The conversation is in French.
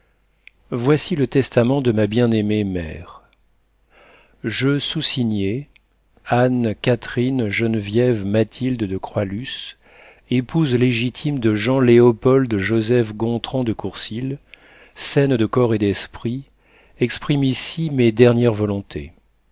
voici le testament de ma bien-aimée mère je soussignée anne catherine geneviève mathilde de croixluce épouse légitime de jean léopold joseph gontran de courcils saine de corps et d'esprit exprime ici mes dernières volontés